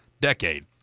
decade